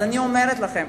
אז אני אומרת לכם,